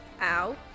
Ow